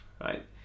right